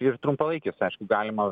ir trumpalaikis aišku galima